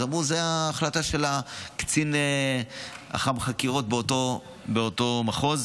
ואמרו שזו החלטה של קצין החקירות באותו מחוז.